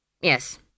Yes